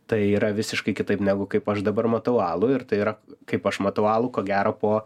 tai yra visiškai kitaip negu kaip aš dabar matau alų ir tai yra kaip aš matau alų ko gero po